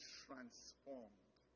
transformed